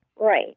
Right